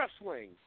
wrestling